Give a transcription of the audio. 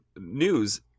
news